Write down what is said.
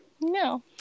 no